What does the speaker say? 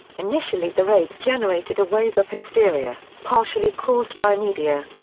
initially the raids generated a wave of hysteria, partially caused by media.